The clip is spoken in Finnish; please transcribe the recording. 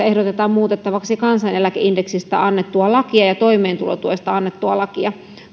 ehdotetaan muutettavaksi kansaneläkeindeksistä annettua lakia ja toimeentulotuesta annettua lakia